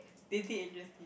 dating agency